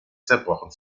zerbrochen